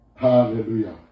Hallelujah